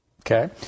Okay